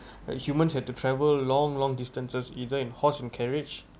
like humans had to travel long long distances either in horse and carriage